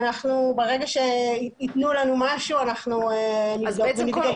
ברגע שיתנו לנו משהו אנחנו נבדוק.